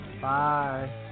Bye